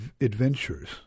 adventures